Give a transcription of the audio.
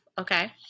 Okay